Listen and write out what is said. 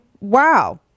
wow